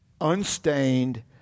unstained